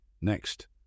Next